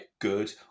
good